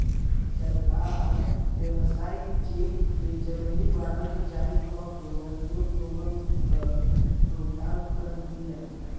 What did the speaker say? सरकार व्यवसाय चेक के जगही वारंट जारी कअ के मजदूर लोगन कअ भुगतान करत बिया